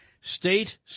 state